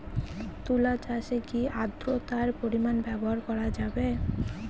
তুলা চাষে কি আদ্রর্তার পরিমাণ ব্যবহার করা যাবে?